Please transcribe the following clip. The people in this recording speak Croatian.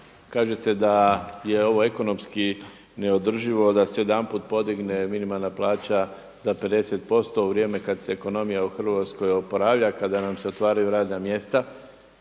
kažete da je ovo ekonomski neodrživo da se odjedanput podigne minimalna plaća za 50% u vrijeme kad se ekonomija u Hrvatskoj oporavlja, kada nam se otvaraju radna mjesta.